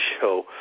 show